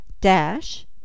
dash